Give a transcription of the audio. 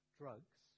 drugs